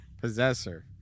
Possessor